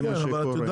שזה מה שקורה.